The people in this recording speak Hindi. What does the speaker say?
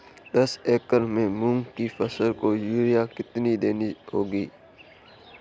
दस एकड़ में मूंग की फसल को यूरिया कितनी देनी होगी?